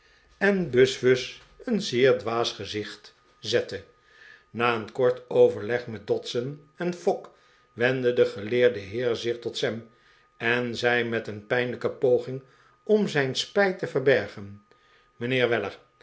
en buzfuz een zeer dwaas gezicht zette na een kort overleg met dodson en fogg wendde de geleerde heer zich tot sam en zei met een pijnlijke poging om zijn spijt te verbergen mijnheer weller